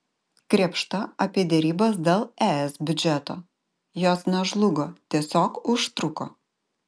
krėpšta apie derybas dėl es biudžeto jos nežlugo tiesiog užtruko